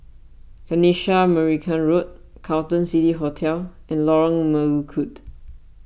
Kanisha Marican Road Carlton City Hotel and Lorong Melukut